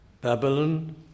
Babylon